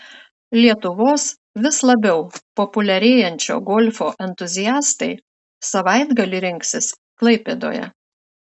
lietuvos vis labiau populiarėjančio golfo entuziastai savaitgalį rinksis klaipėdoje